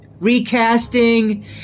recasting